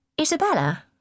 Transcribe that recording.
Isabella